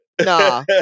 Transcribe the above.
Nah